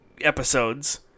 episodes